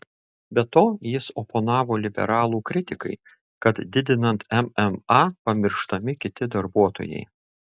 be to jis oponavo liberalų kritikai kad didinant mma pamirštami kiti darbuotojai